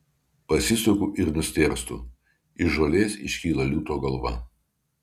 pasisuku ir nustėrstu iš žolės iškyla liūto galva